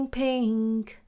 pink